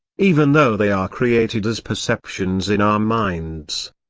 even though they are created as perceptions in our minds.